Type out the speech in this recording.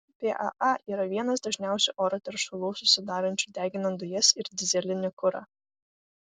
paa yra vienas dažniausių oro teršalų susidarančių deginant dujas ir dyzelinį kurą